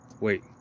Wait